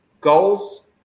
goals